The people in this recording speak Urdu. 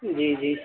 جی جی